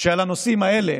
שעל הנושאים האלה